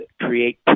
create